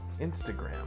Instagram